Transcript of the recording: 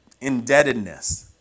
indebtedness